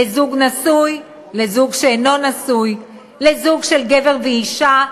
לזוג נשוי, לזוג שאינו נשוי, לזוג של גבר ואישה,